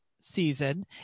season